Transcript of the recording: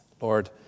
Lord